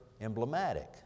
emblematic